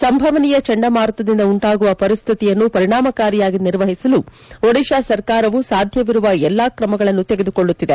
ಸಂಭವನೀಯ ಚಂಡಮಾರುತದಿಂದ ಉಂಟಾಗುವ ಪರಿಸ್ಡಿತಿಯನ್ನು ಪರಿಣಾಮಕಾರಿಯಾಗಿ ನಿರ್ವಹಿಸಲು ಒಡಿಶಾ ಸರ್ಕಾರವು ಸಾಧ್ಯವಿರುವ ಎಲ್ಲ ಕ್ರಮಗಳನ್ನು ತೆಗೆದುಕೊಳ್ಳುತ್ತಿದೆ